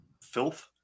filth